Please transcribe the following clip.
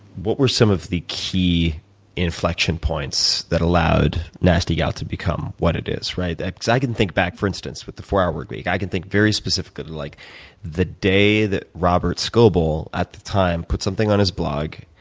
what were some of the key inflection points that allowed nasty gal to become what it is, right? because i can think back, for instance, with the four hour workweek i can think very specifically to like the day that robert scoble at the time put something on his blog,